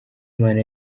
imana